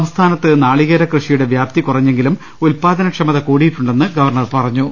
സംസ്ഥാനത്ത് നാളികേര കൃഷിയുടെ വ്യാപ്തികുറഞ്ഞെങ്കിലും ഉൽപാ ദന ക്ഷമത കൂടിയിട്ടുണ്ടെന്ന് ഗവർണർ പറഞ്ഞു